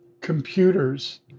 computers